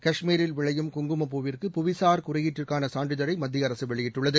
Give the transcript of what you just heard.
காஷ்மீரில் விளையும் குங்குமப் பூவிற்கு புவிசார் குறியீட்டுக்கான சான்றிதழை மத்திய அரசு வெளியிட்டுள்ளது